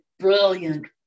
Brilliant